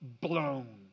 blown